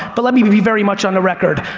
but let me be very much on the record.